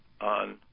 on